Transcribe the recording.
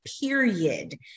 period